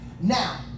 Now